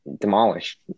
demolished